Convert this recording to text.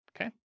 okay